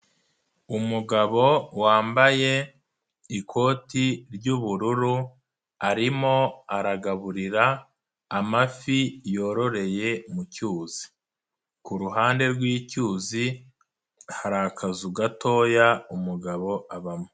Umugabo wambaye ikoti ry'ubururu, arimo aragaburira amafi yororeye mu cyuzi. Ku ruhande rw'icyuzi, hari akazu gatoya umugabo abamo.